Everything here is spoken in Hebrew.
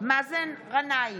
מאזן גנאים,